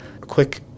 Quick